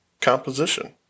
composition